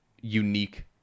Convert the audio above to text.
unique